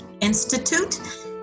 Institute